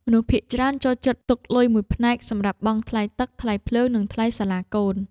មនុស្សភាគច្រើនចូលចិត្តទុកលុយមួយផ្នែកសម្រាប់បង់ថ្លៃទឹក ថ្លៃភ្លើង និងថ្លៃសាលាកូន។